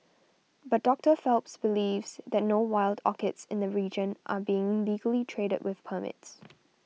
but Doctor Phelps believes that no wild orchids in the region are being legally traded with permits